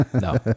no